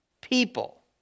people